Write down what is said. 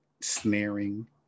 snaring